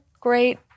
great